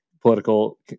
political